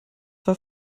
war